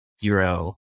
zero